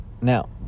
now